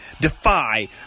Defy